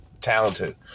Talented